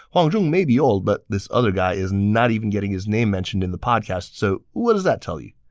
huang zhong may be old, but this other guy is not even getting his name mentioned in the podcast, so what does that tell you?